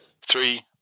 Three